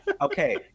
okay